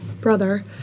brother